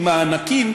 עם מענקים,